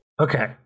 Okay